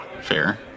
Fair